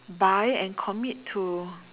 buy and commit to